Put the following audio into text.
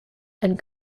and